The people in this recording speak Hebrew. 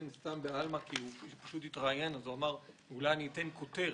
סתם בעלמא כי הוא פשוט התראיין ורצה לתת כותרת.